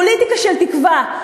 פוליטיקה של תקווה,